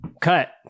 Cut